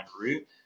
route